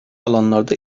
alanlarda